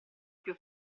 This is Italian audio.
più